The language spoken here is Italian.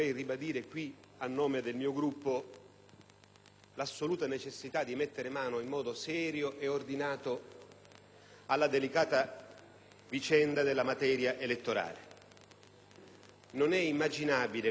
l'assoluta necessità di mettere mano in modo serio e ordinato alla delicata vicenda della materia elettorale. Non è immaginabile, non è consentito e non è coerente